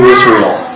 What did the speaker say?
Israel